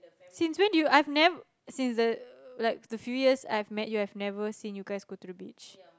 since when did you I've never since the like the few years I've met you I've never seen you guys go to the beach